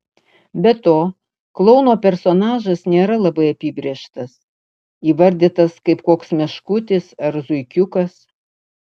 be to klouno personažas nėra labai apibrėžtas įvardytas kaip koks meškutis ar zuikiukas